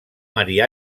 maria